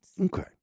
Okay